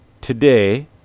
today